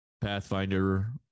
Pathfinder